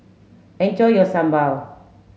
enjoy your Sambal